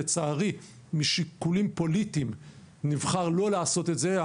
לצערי משיקולים פוליטיים נבחר לא לעשות את זה.